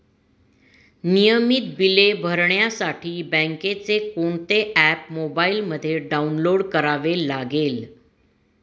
नियमित बिले भरण्यासाठी बँकेचे कोणते ऍप मोबाइलमध्ये डाऊनलोड करावे लागेल?